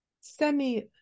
semi